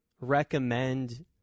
recommend